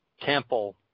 Temple